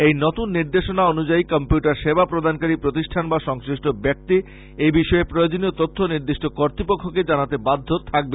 এই নতন নির্দেশনা অনুযায়ী কম্পিউটার সেবা প্রদানকারী প্রতিষ্ঠান বা সংশ্লিষ্ট ব্যক্তি এই বিষয়ে প্রয়োজনীয় তথ্য নির্দিষ্ট কর্কত্পক্ষকে জানাতে বাধ্য থাকবে